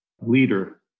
leader